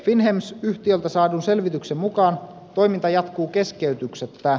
finnhems yhtiöltä saadun selvityksen mukaan toiminta jatkuu keskeytyksettä